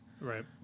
right